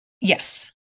Yes